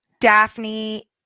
Daphne